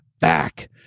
back